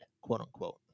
quote-unquote